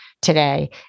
today